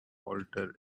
alter